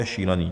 Šílený!